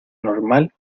normal